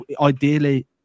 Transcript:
ideally